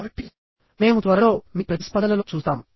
కాబట్టి మేము త్వరలో మీ ప్రతిస్పందనలో చూస్తాము